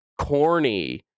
corny